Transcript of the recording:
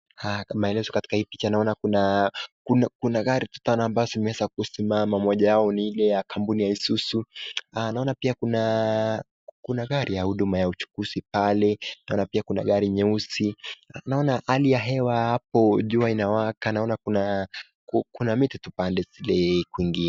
Ah kmaelezo katika hii picha naona kuna kuna kuna gari tano ambazo zimeweza kusimama. Moja yao ni ile ya kampuni ya Isuzu. Naona pia kuna kuna gari ya huduma ya uchukuzi pale. Naona pia kuna gari nyeusi. Naona hali ya hewa hapo jua inawaka. Naona kuna kuna miti tu pale zile kwingine.